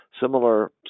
similar